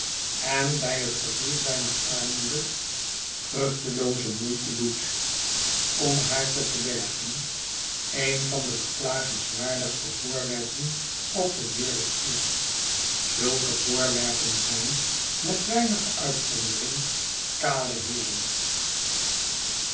en bij het gevoel zijner armoede vruchtelooze moeite doet om haar te verbergen een van de beklagenswaardigste voorwerpen op de wereld is zulke voorwerpen zijn met weinige uitzondering kale heeren